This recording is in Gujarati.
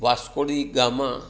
Vasco da gamma